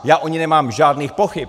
Já o ní nemám žádných pochyb.